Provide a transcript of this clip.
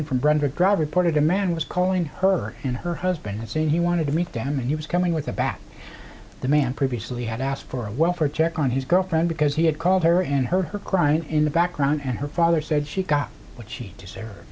drive reported the man was calling her and her husband saying he wanted to meet down and he was coming with a back the man previously had asked for a welfare check on his girlfriend because he had called her and heard her crying in the background and her father said she got what she deserved